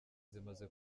zimaze